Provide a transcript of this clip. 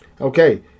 Okay